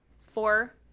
four